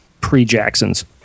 pre-Jackson's